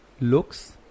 Looks